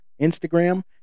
Instagram